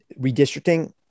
redistricting